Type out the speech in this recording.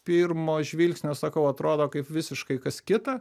pirmo žvilgsnio sakau atrodo kaip visiškai kas kita